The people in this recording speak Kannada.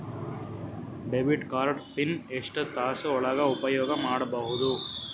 ಡೆಬಿಟ್ ಕಾರ್ಡ್ ಪಿನ್ ಎಷ್ಟ ತಾಸ ಒಳಗ ಉಪಯೋಗ ಮಾಡ್ಬಹುದು?